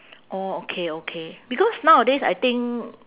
orh okay okay because nowadays I think